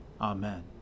Amen